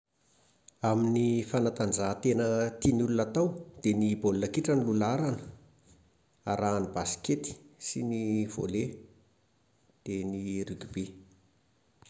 Amin'ny fanatanjahantena tian'ny olona hatao, dia ny baolina kitra no lohalaharana. Arahan'ny baskety sy ny volley dia ny rugby